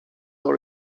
dans